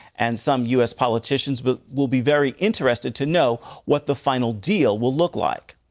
and some u s. politicians will will be very interested to know what the final deal will look like.